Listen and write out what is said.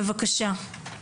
בבקשה.